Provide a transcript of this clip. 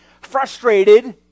frustrated